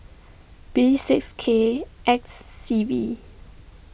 B six K X C V